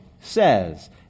says